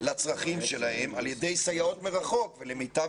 לצרכים שלהם על ידי סייעות מרחוק ולמיטב